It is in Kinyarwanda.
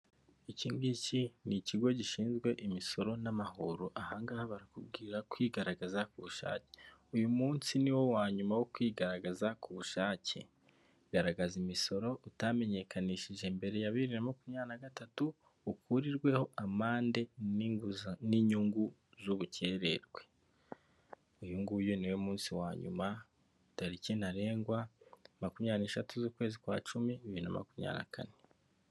Iki ngiki ni ikigo gishinzwe imisoro n'amahoro, ahangaha barakubwira kwigaragaza bushake "uyu munsi ni wo wa nyuma wo kwigaragaza ku bushake, garagaza imisoro utamenyekanishije mbere ya bibiri na makumyabiri na gatatu ukurirweho amande n'inguzanyo/n'inyungu z'ubukererwe". Uyu nguyu niwo munsi wa nyuma tariki ntarengwa makumyabiri n'eshatu z'ukwezi kwa cumi bibiri na makumyabiri kane.